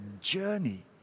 journey